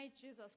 Jesus